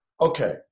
Okay